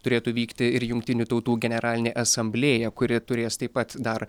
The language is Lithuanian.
turėtų vykti ir jungtinių tautų generalinė asamblėja kuri turės taip pat dar